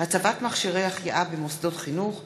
מימון טיולים שנתיים לתלמידים שהוריהם אינם יכולים לשלם),